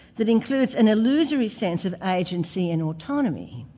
that includes an illusory sense of agency and autonomy.